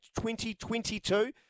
2022